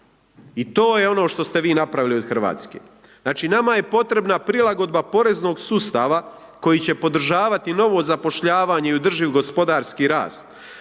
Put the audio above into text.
I to je ono što ste vi napravili od Hrvatske. Znači nama je potreba prilagodba poreznog sustava koji će podržavati novo zapošljavanje i održiv gospodarski rast,